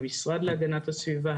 המשרד להגנת הסביבה,